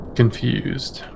confused